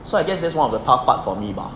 so I guess that's one of the tough part for me bag